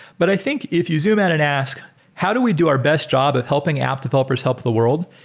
but i think if you zoom out and ask how do we do our best job of helping out developers help the world,